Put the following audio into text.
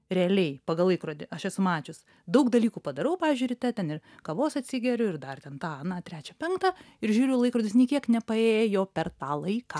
realiai pagal laikrodį aš esu mačius daug dalykų padarau pavyzdžiui ryte ten ir kavos atsigeriu ir dar ten tą aną trečią penktą ir žiūriu laikrodis nė kiek nepaėjo per tą laiką